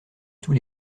tous